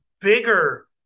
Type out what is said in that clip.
bigger